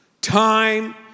time